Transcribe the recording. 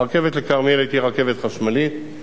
הרכבת לכרמיאל תהיה רכבת חשמלית,